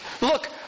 Look